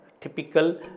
typical